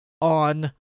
on